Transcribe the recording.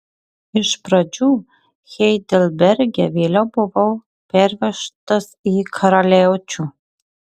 iš pradžių heidelberge vėliau buvau pervežtas į karaliaučių